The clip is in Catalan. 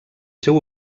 seu